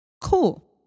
cool